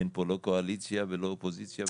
שאין פה לא קואליציה ולא אופוזיציה,